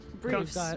Briefs